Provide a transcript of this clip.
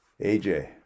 AJ